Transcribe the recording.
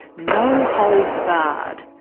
no holds barred.